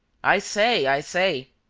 i say! i say!